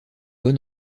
bon